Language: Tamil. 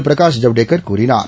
பிரகாஷ் ஜவ்டேகர் கூறினார்